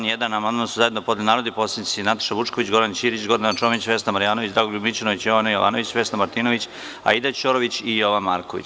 Na član 1. amandman su zajedno podneli narodni poslanici Nataša Vučković, Goran Ćirić, Gordana Čomić, Vesna Marjanović, Dragoljub Mićunović, Jovana Jovanović, Vesna Martinović, Aida Ćorović i Jovan Marković.